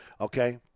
okay